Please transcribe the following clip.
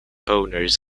owners